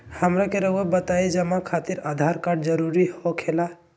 हमरा के रहुआ बताएं जमा खातिर आधार कार्ड जरूरी हो खेला?